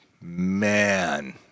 man